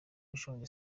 ushonje